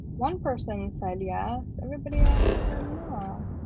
one person side yes, everybody else and